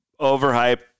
overhyped